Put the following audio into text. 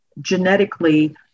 genetically